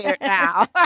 now